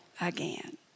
again